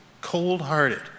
cold-hearted